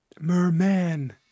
Merman